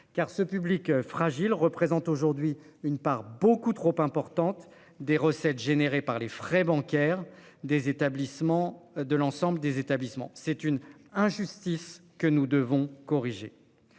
car ce public fragile représente aujourd'hui une part beaucoup trop importante des recettes générées par les frais bancaires, des établissements de l'ensemble des établissements. C'est une injustice que nous devons corriger.